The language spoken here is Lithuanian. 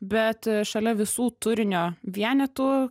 bet šalia visų turinio vienetų